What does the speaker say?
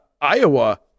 Iowa